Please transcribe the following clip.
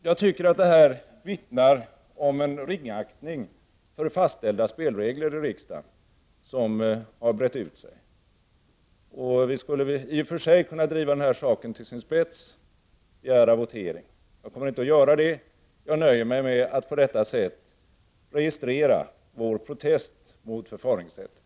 Detta är en vittnesbörd om den ringaktning för fastställda spelregler för riksdagsarbetet som har brett ut sig. I och för sig skulle vi kunna driva den här saken till sin spets genom att begära votering, men det avstår jag ifrån. Jag nöjer mig med att på detta sätt registrera vår protest mot förfaringssättet.